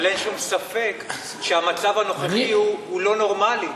אבל אין שום ספק שהמצב הנוכחי הוא לא נורמלי.